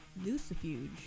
Lucifuge